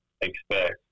expect